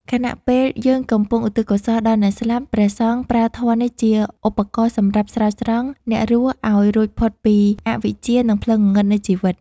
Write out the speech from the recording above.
ខណៈដែលយើងកំពុងឧទ្ទិសកុសលដល់អ្នកស្លាប់ ព្រះសង្ឃប្រើធម៌នេះជាឧបករណ៍សម្រាប់ ស្រោចស្រង់ អ្នករស់ឱ្យរួចផុតពីអវិជ្ជា និងផ្លូវងងឹតនៃជីវិត។